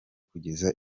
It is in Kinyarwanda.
kugeza